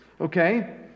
Okay